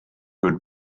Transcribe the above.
good